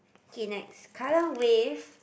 okay next Kallang-Wave